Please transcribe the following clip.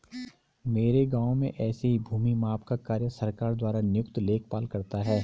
मेरे गांव में ऐसे ही भूमि माप का कार्य सरकार द्वारा नियुक्त लेखपाल करता है